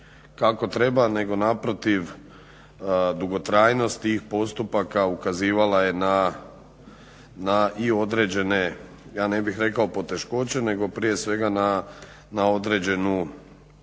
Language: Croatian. kako treba nego naprotiv dugotrajnost tih postupaka ukazivala je na i određene ja ne bih rekao poteškoće nego prije svega na određenu